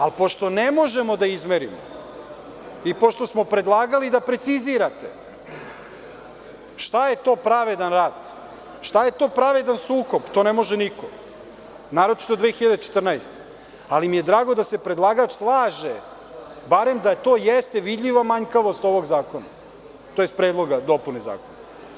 Ali, pošto ne možemo da izmerimo i pošto smo predlagali da precizirate šta je to pravedan rat, šta je to pravedan sukob, to ne može niko, naročito 2014, ali mi je drago da se predlagač slaže barem da to jeste vidljiva manjkavost ovog predloga dopune zakona.